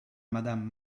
madame